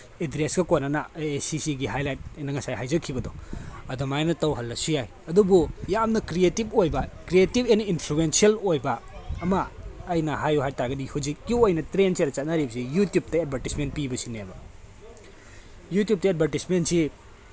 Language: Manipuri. ꯑꯦꯗ꯭ꯔꯦꯁꯀ ꯀꯣꯅꯅ ꯑꯦ ꯁꯤꯁꯤꯒꯤ ꯍꯥꯏꯂꯥꯏꯠ ꯑꯩꯅ ꯉꯁꯥꯏ ꯍꯥꯏꯖꯈꯤꯕꯗꯣ ꯑꯗꯨꯃꯥꯏꯅ ꯇꯧꯍꯜꯂꯁꯨ ꯌꯥꯏ ꯑꯗꯨꯕꯨ ꯌꯥꯝꯅ ꯀ꯭ꯔꯤꯌꯦꯇꯤꯞ ꯑꯣꯏꯕ ꯀ꯭ꯔꯤꯌꯦꯇꯤꯞ ꯑꯦꯟ ꯏꯟꯐ꯭ꯂꯨꯌꯦꯟꯁꯦꯜ ꯑꯣꯏꯕ ꯑꯃ ꯑꯩꯅ ꯍꯥꯏꯌꯨ ꯍꯥꯏ ꯇꯥꯔꯒꯗꯤ ꯍꯧꯖꯤꯛꯀꯤ ꯑꯣꯏꯅ ꯇ꯭ꯔꯦꯟꯁꯤꯗ ꯆꯠꯅꯔꯤꯕꯁꯤ ꯌꯨꯇꯨꯞꯇ ꯑꯦꯠꯚꯔꯇꯤꯁꯃꯦꯟ ꯄꯤꯕꯁꯤꯅꯦꯕ ꯌꯨꯇꯨꯞꯇ ꯑꯦꯠꯚꯔꯇꯤꯁꯃꯦꯟꯁꯤ